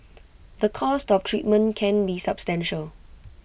the cost of treatment can be substantial